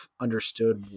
understood